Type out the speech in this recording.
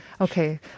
Okay